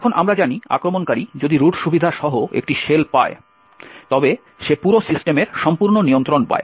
এখন আমরা জানি আক্রমণকারী যদি রুট সুবিধা সহ একটি শেল পায় তবে সে পুরো সিস্টেমের সম্পূর্ণ নিয়ন্ত্রণ পায়